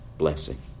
blessing